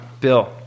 Bill